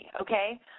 okay